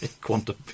Quantum